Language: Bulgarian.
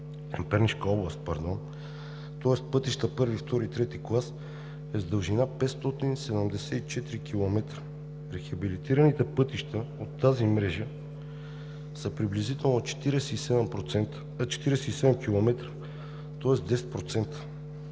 трети клас, е с дължина 574 км. Рехабилитираните пътища от тази мрежа са приблизително 47 км, тоест 10%